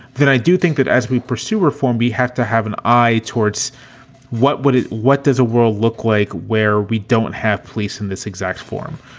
that i do think that as we pursue reform, we have to have an eye towards what would what does a world look like where we don't have police in this exact form?